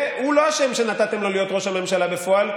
הוא לא אשם שנתתם לו להיות ראש הממשלה בפועל.